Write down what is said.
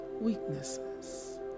weaknesses